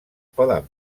poden